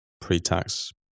pre-tax